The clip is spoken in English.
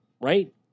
right